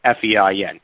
FEIN